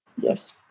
Yes